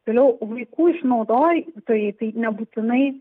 vėliau vaikų išnaudoj tai tai nebūtinai